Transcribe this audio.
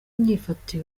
inyifato